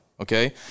Okay